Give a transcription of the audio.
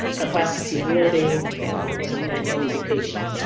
capacity building and education.